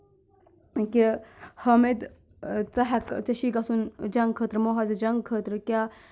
کہِ حامِد ژٕ ہیٚکہٕ ژےٚ چھُے گژھُن جنٛگہٕ خٲطرٕ مہازِ جنٛگہٕ خٲطرٕ کیاہ